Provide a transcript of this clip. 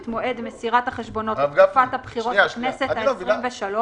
את מועד מסירת החשבונות לתקופת הבחירות לכנסת העשרים ושלוש,